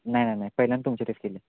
नाही नाही नाही पहिल्यांदा तुमच्या इथेच केले